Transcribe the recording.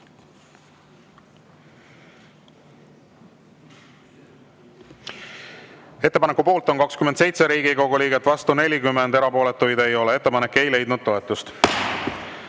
Ettepaneku poolt on 27 Riigikogu liiget, vastu 40, erapooletuid ei ole. Ettepanek ei leidnud